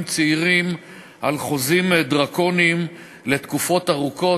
צעירים על חוזים דרקוניים לתקופות ארוכות,